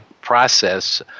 process